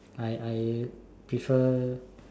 I I prefer